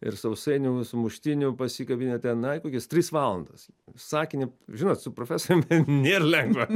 ir sausainių va sumuštinių pasikabinę ten ai kokias tris valandas sakinį žinot su profesorium nėr lengva